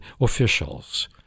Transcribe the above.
officials